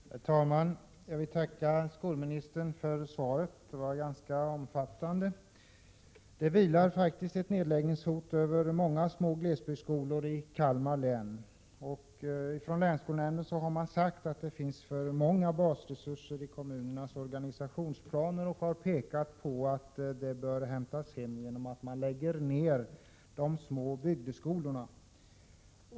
Herr talman! Jag vill tacka skolministern för svaret, som var ganska omfattande. Det vilar ett nedläggningshot över många små glesbygdsskolor i Kalmar län. Från länsskolnämndens sida har man sagt att det finns för många basresurser i kommunernas organisationsplaner och pekat på att man bör hämta hem en del resurser genom att lägga ner några av de små bygdeskolorna.